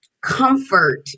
comfort